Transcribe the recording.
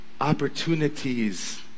opportunities